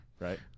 Right